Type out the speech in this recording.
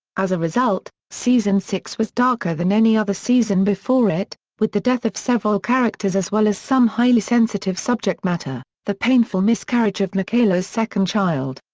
as a result, season six was darker than any other season before it, with the death of several characters as well as some highly sensitive subject matter the painful miscarriage of michaela's second child,